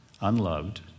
unloved